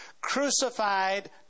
crucified